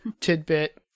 tidbit